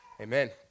Amen